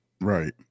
right